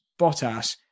Bottas